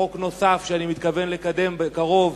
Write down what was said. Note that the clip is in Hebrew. חוק נוסף שאני מתכוון לקדם בקרוב הוא